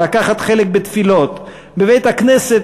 לקחת חלק בתפילות בבית-הכנסת,